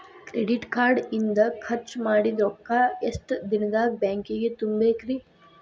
Credit card ಇಂದ್ ಖರ್ಚ್ ಮಾಡಿದ್ ರೊಕ್ಕಾ ಎಷ್ಟ ದಿನದಾಗ್ ಬ್ಯಾಂಕಿಗೆ ತುಂಬೇಕ್ರಿ?